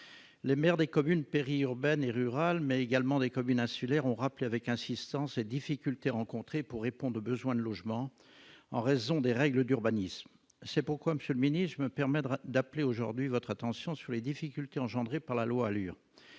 les maires des communes périurbaines et rurales, mais également des communes insulaires ont rappelé avec insistance et difficultés rencontrées pour réponde besoin de logements en raison des règles d'urbanisme, c'est pourquoi, Monsieur le Ministre, me permettra d'appeler aujourd'hui votre attention sur les difficultés engendrées par la loi, allure